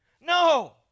no